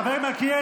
חבר הכנסת מלכיאלי,